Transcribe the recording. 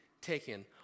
taken